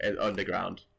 Underground